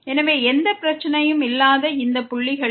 எனவே எந்த பிரச்சனையும் இல்லாத இந்த புள்ளிகளில்